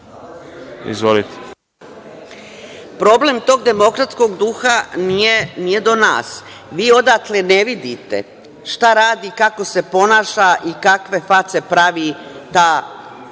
Problem tog demokratskog duha nije do danas. Vi odatle ne vidite šta radi, kako se ponaša i kakve face pravi ta